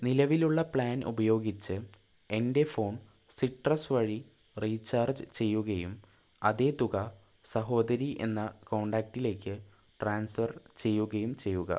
നിലവിലുള്ള പ്ലാൻ ഉപയോഗിച്ച് എൻ്റെ ഫോൺ സിട്രസ് വഴി റീചാർജ് ചെയ്യുകയും അതേ തുക സഹോദരി എന്ന കോൺടാക്റ്റിലേക്ക് ട്രാൻസ്ഫർ ചെയ്യുകയും ചെയ്യുക